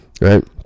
right